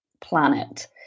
planet